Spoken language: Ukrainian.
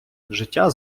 життя